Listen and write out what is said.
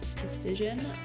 decision